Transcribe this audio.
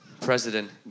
president